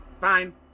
Fine